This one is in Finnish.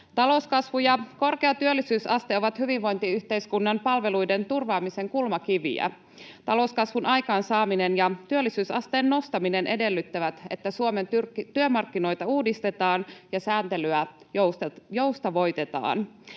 Talouskasvu ja korkea työllisyysaste ovat hyvinvointiyhteiskunnan palveluiden turvaamisen kulmakiviä. Talouskasvun aikaansaaminen ja työllisyysasteen nostaminen edellyttävät, että Suomen työmarkkinoita uudistetaan ja sääntelyä joustavoitetaan.